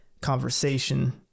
conversation